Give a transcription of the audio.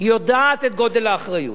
יודעת את גודל האחריות.